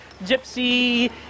gypsy